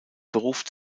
beruft